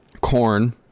corn